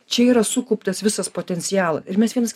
čia yra sukauptas visas potencialas ir mes jiems